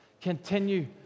Continue